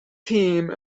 team